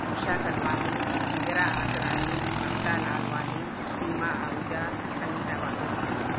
Usha Kalwani Indra Asrani Mamta Lalwani Seema Ahuja Sangeeta Wadhwani